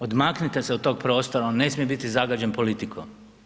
Odmaknite se od tog prostora, on ne smije biti zagađen politikom.